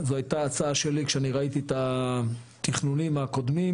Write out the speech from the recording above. זו הייתה הצעה שלי כשאני ראיתי את התכנונים הקודמים,